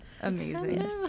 Amazing